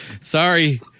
Sorry